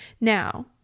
Now